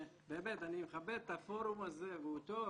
אז באמת אני מכבד את הפורום הזה והוא טוב,